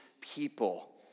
people